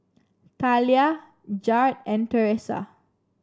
Thalia Jared and Teressa